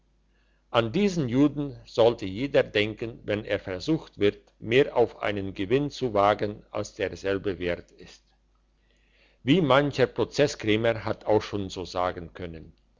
an diesen juden soll jeder denken wenn er versucht wird mehr auf einen gewinn zu wagen als derselbe wert ist wie mancher prozesskrämer hat auch schon so sagen können